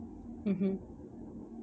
mmhmm